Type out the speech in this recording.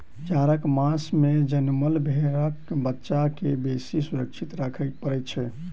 जाड़क मास मे जनमल भेंड़क बच्चा के बेसी सुरक्षित राखय पड़ैत छै